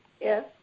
Yes